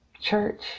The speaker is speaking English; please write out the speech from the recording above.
church